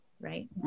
right